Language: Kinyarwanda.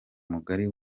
mugari